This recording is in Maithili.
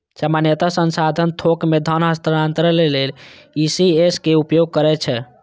सामान्यतः संस्थान थोक मे धन हस्तांतरण लेल ई.सी.एस के उपयोग करै छै